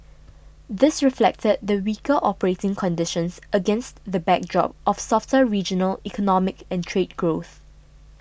this reflected the weaker operating conditions against the backdrop of softer regional economic and trade growth